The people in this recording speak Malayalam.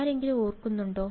ആരെങ്കിലും ഓർക്കുന്നുണ്ടോ